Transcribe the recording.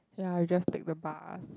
ya you just take the bus